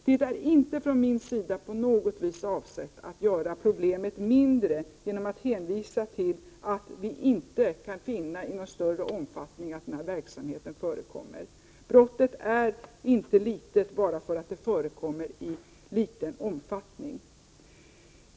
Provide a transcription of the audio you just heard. Min avsikt är inte att på något vis göra problemet mindre genom att hänvisa till att vi inte kan finna att den här verksamheten förekommer i någon större omfattning. Brottet är inte litet bara för att det förekommer i liten omfattning.